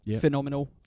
phenomenal